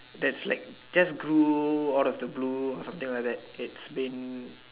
that's like just gloom all of the blue something like its been